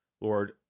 Lord